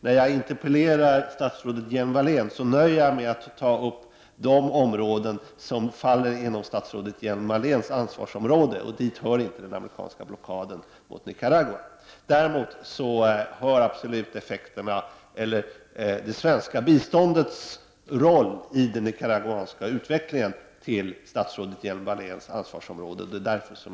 När jag interpellerar statsrådet Hjelm-Wallén nöjer jag mig med att ta upp de områden som faller inom statsrådet Hjelm-Walléns ansvarsområde, och dit hör inte den amerikanska blockaden mot Nicaragua. Däremot hör absolut det svenska biståndets roll i den nicaraguanska utvecklingen till statsrådet Hjelm-Walléns ansvarsområde.